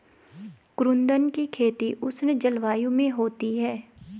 कुद्रुन की खेती उष्ण जलवायु में होती है